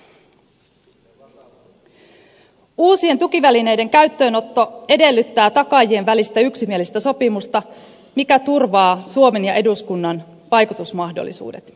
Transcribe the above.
uusien tukivälineiden käyttöönotto edellyttää takaajien välistä yksimielistä sopimusta joka turvaa suomen ja eduskunnan vaikutusmahdollisuudet